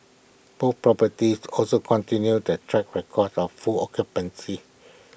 both properties also continued their track record of full occupancy